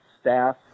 staff